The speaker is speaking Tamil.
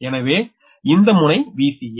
எனவே இந்த முனை Vca